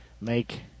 make